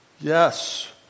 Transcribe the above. Yes